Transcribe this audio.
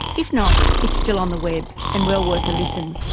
if not, it's still on the web and well worth a listen.